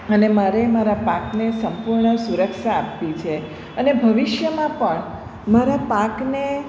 અને મારે મારા પાકને સંપૂર્ણ સુરક્ષા આપવી છે અને ભવિષ્યમાં પણ મારા પાકને